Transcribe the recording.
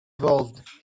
evolved